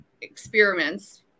experiments